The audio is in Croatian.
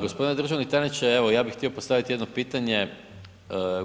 Gospodine državni tajniče, evo ja bi htio postaviti jedno pitanje,